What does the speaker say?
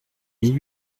mille